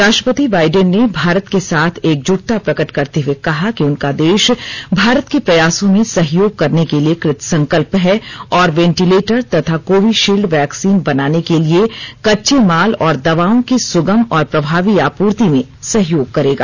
राष्ट्रपति बाइंडेन ने भारत के साथ एकजुटता प्रकट करते हुए कहा कि उनका देश भारत के प्रयासों में सहयोग करने के लिए कृतसंकल्प है और वेंटिलेटर तथा कोविशील्ड वैक्सीन बनाने के लिए कच्चे माल और दवाओं की सुगम और प्रभावी आपूर्ति में सहायता करेगा